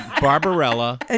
Barbarella